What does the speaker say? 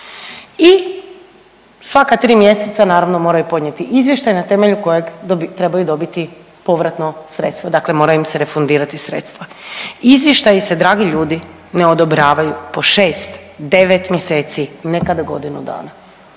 i svaka tri mjeseca naravno moraju podnijeti izvještaj na temelju kojeg trebaju dobiti povratno sredstvo, dakle mora im se refundirati sredstva. Izvještaji se dragi ljudi ne odobravaju po šest, devet mjeseci, nekada godinu dana.